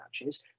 matches